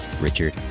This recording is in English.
Richard